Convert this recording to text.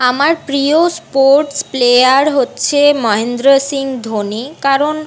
আমার প্রিয় sports player হচ্ছে মহেন্দ্র সিং ধোনি কারণ